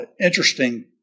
interesting